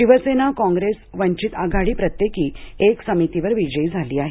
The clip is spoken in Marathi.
शिवसेना काँग्रेस वंचित आघाडी प्रत्येकी एक समितीवर विजयी झाली आहे